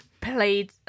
played